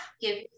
Give